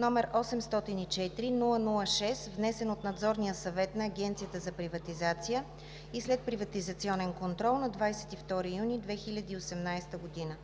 № 804-00-6, внесен от Надзорния съвет на Агенцията за приватизация и следприватизационен контрол на 22 юни 2018 г.